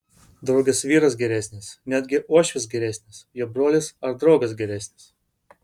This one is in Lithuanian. draugės vyras geresnis netgi uošvis geresnis jo brolis ar draugas geresnis